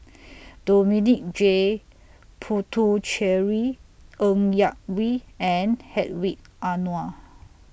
Dominic J Puthucheary Ng Yak Whee and Hedwig Anuar